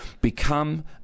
become